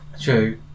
True